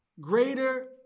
greater